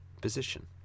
position